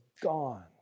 gone